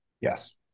Yes